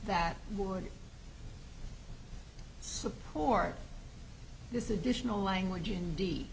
that would support this additional language indeed